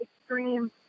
extreme